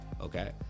Okay